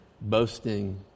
boasting